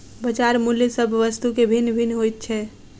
बजार मूल्य सभ वस्तु के भिन्न भिन्न होइत छै